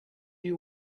you